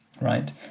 right